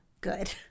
good